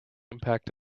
impact